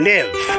Live